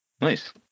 Nice